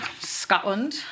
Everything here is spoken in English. Scotland